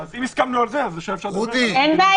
אז אם הסכמנו על זה עכשיו אפשר לדבר על --- אין בעיה,